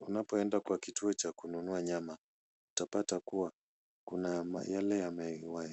Unapoenda kwa kituo cha kununua nyama utapata kuwa kuna yale